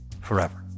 forever